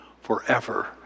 forever